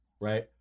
right